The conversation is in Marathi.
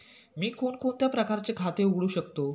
मी कोणकोणत्या प्रकारचे खाते उघडू शकतो?